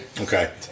Okay